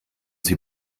sie